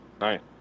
right